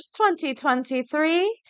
2023